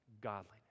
godliness